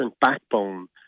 backbone